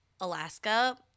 Alaska